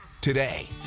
today